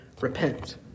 repent